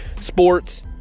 Sports